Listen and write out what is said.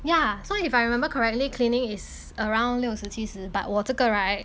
ya so if I remember correctly cleaning is around 六十七十 but 我这个 right